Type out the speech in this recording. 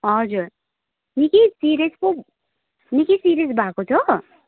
हजुर निक्कै सिरियस पो निक्कै सिरियस भएको छ